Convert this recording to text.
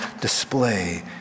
display